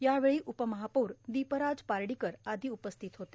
यावेळी उपमहापौर दोपराज पार्डाकर आदो उपस्थित होते